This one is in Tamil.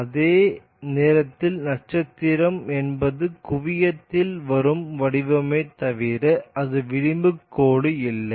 எனவே அதே நேரத்தில் நட்சத்திரம் என்பது குவியத்தில் வரும் வடிவமே தவிர அது விளிம்பு கோடு இல்லை